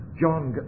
John